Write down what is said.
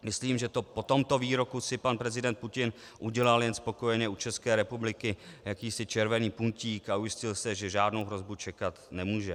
Myslím, že po tomto výroku si pan prezident Putin udělal jen spokojeně u České republiky jakýsi červený puntík a ujistil se, že žádnou hrozbu čekat nemůže.